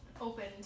opened